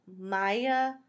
Maya